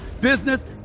business